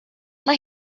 mae